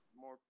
more